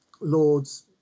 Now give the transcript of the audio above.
lords